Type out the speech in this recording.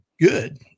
good